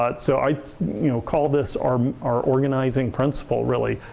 but so i you know call this our our organizing principle, really,